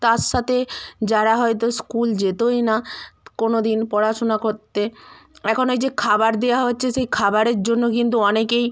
তার সাথে যারা হয়তো স্কুল যেতোই না কোনো দিন পড়াশোনা করতে এখন ওই যে খাবার দেওয়া হচ্ছে সেই খাবারের জন্য কিন্তু অনেকেই